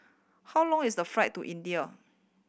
how long is the flight to India